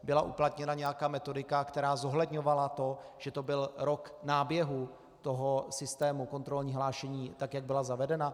Byla uplatněna nějaká metodika, která zohledňovala to, že to byl rok náběhu toho systému, kontrolní hlášení, tak jak byla zavedena?